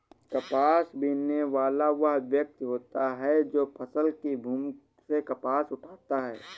कपास बीनने वाला वह व्यक्ति होता है जो फसल की भूमि से कपास उठाता है